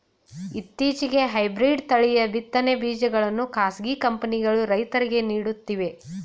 ಇತ್ತೀಚೆಗೆ ಹೈಬ್ರಿಡ್ ತಳಿಯ ಬಿತ್ತನೆ ಬೀಜಗಳನ್ನು ಖಾಸಗಿ ಕಂಪನಿಗಳು ರೈತರಿಗೆ ನೀಡುತ್ತಿವೆ